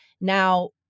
Now